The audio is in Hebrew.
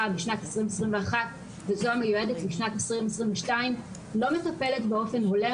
בשנת 2021 וזו המיועדת לשנת 2022 לא מטפלת באופן הולם,